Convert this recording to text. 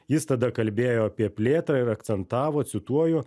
jis tada kalbėjo apie plėtrą ir akcentavo cituoju